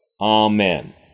Amen